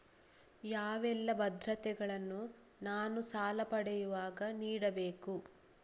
ಯಾವೆಲ್ಲ ಭದ್ರತೆಗಳನ್ನು ನಾನು ಸಾಲ ಪಡೆಯುವಾಗ ನೀಡಬೇಕು?